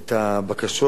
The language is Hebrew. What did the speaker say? את הבקשות,